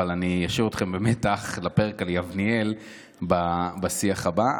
אבל אני אשאיר אתכם במתח לפרק על יבנאל בשיח הבא.